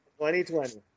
2020